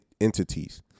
entities